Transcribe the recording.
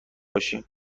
باشی